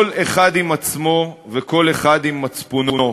כל אחד עם עצמו וכל אחד עם מצפונו.